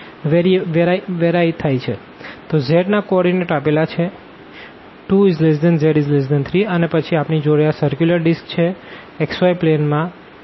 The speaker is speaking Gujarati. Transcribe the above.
તો z ના કો ઓર્ડીનેટ આપેલા છે 2≤z≤3 અને પછી આપણી જોડે આ સર્ક્યુલર ડિસ્ક છે xy પ્લેન માં x2y2≤1